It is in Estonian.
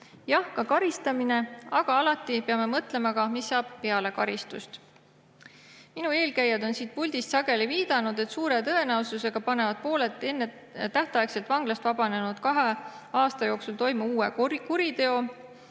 Jah, ka karistamine, aga alati peame mõtlema, mis saab peale karistust. Minu eelkäijad on siit puldist sageli viidanud, et suure tõenäosusega panevad pooled ennetähtaegselt vanglast vabanenud kahe aasta jooksul toime uue kuriteo.